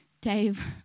Dave